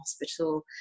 hospital